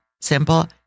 simple